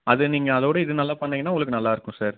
அது நீங்கள் அதோட இது நல்லா பண்ணீங்கன்னால் உங்களுக்கு நல்லாருக்கும் சார்